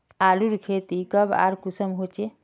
आलूर खेती कब आर कुंसम होचे?